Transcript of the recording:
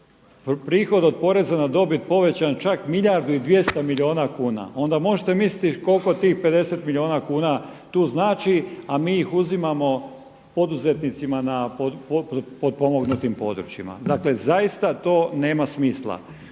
prihod od poreza na dobit povećan čak milijardu i 200 milijuna kuna, onda možete misliti koliko tih 50 milijuna kuna tu znači, a mi ih uzimamo poduzetnicima na potpomognutim područjima. Dakle, zaista to nema smisla.